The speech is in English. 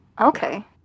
Okay